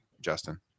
Justin